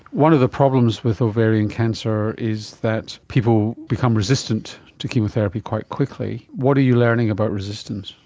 one of the problems with ovarian cancer is that people become resistant to chemotherapy quite quickly. what are you learning about resistance?